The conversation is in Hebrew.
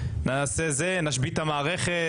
נשבית את המערכת",